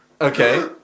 Okay